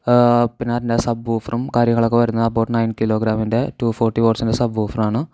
പിന്ന അതിൻ്റെ സബ് വൂഫറും കാര്യങ്ങളൊക്കെ വരുന്ന എബൌട്ട് നയൺ കിലോഗ്രാമിൻ്റെ ടു ഫോർട്ടി വാട്ട്സിൻ്റെ സബ് വൂഫറാണ്